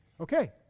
Okay